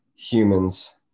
Humans